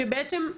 שבעצם,